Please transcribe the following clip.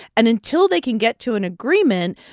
and until they can get to an agreement,